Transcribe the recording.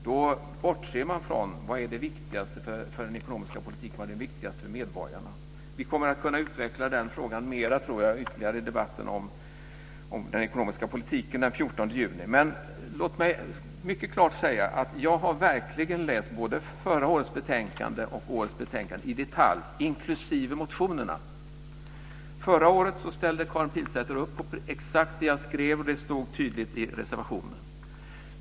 Då bortser man från vad det är som är viktigast för den ekonomiska politiken och för medborgarna. Vi kommer att kunna utveckla den frågan ytterligare i debatten om den ekonomiska politiken den 14 juni. Låt mig mycket klart säga att jag verkligen har läst årets och förra årets betänkanden i detalj, inklusive motionerna. Förra året ställde Karin Pilsäter upp på exakt det jag skrev. Det stod tydligt i reservationen.